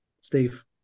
Steve